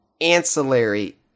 ancillary